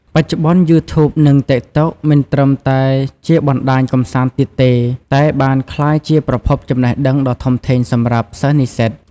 បច្ចុប្បន្ន យូធូប និង តិកតុក មិនត្រឹមតែជាបណ្តាញកម្សាន្តទៀតទេ តែបានក្លាយជាប្រភពចំណេះដឹងដ៏ធំធេងសម្រាប់សិស្សនិស្សិត។